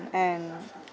and